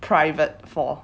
private for